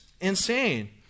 insane